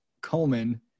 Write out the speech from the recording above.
Coleman